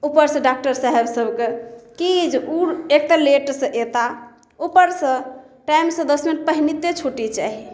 ऊपर से डॉक्टर साहब सबके की जे ओ एक तऽ लेट सऽ अयताह ऊपर सऽ टाइम से दस मिनट पहिनेते छुट्टी चाही